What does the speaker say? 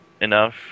enough